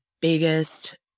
biggest